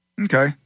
Okay